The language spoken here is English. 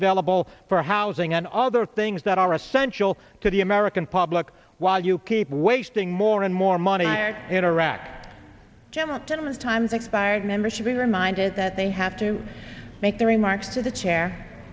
available for housing and other things that are essential to the american public while you keep wasting more and more money in a rack jim tenement time's expired members should be reminded that they have to make the remarks to the chair